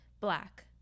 Black